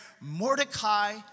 Mordecai